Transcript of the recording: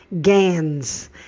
Gans